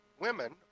women